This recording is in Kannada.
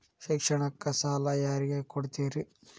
ಶಿಕ್ಷಣಕ್ಕ ಸಾಲ ಯಾರಿಗೆ ಕೊಡ್ತೇರಿ?